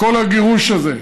בכל הגירוש הזה,